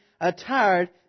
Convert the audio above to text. attired